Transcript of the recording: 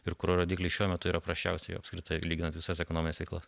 ir kurio rodikliai šiuo metu yra prasčiausi apskritai lyginant visas ekonomines veiklas